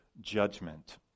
judgment